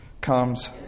comes